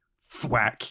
thwack